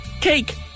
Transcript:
cake